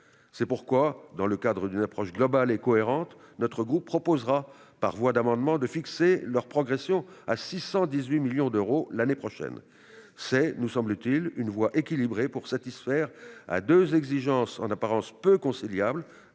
C'est pourquoi, dans le cadre d'une approche globale et cohérente, notre groupe proposera, par voie d'amendement, de fixer leur progression à 618 millions d'euros l'année prochaine. Il s'agit, nous semble-t-il, d'une voie équilibrée, qui permet de satisfaire à deux exigences en apparence peu conciliables